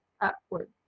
upward